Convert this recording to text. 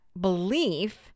belief